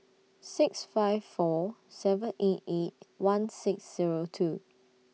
six five four seven eight eight one six Zero two